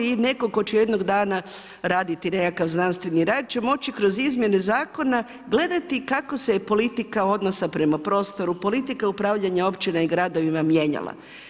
I netko tko će jednog dana raditi nekakav znanstveni rad će moći kroz izmjene zakona gledati kako se politika odnosa prema prostoru, politika upravljanja općina i gradovima mijenjala.